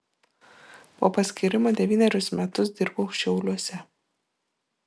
po paskyrimo devynerius metus dirbau šiauliuose